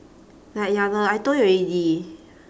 like ya lor I told you already